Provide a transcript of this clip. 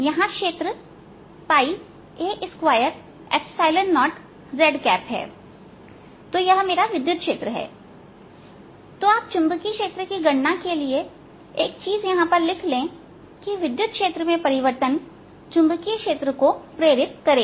यहां क्षेत्र a20z है तो यह मेरा विद्युत क्षेत्र है तोआप चुंबकीय क्षेत्र की गणना करने के लिए एक चीज यहां पर लिख लें कि विद्युत क्षेत्र में परिवर्तन चुंबकीय क्षेत्र को प्रेरित करेगा